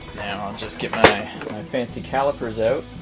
now, i'll just get my fancy calipers out.